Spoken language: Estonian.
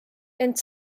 ent